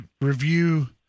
review